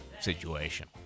situation